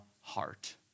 heart